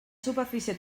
superfície